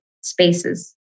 spaces